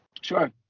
sure